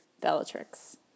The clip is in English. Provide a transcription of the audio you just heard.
Bellatrix